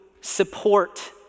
support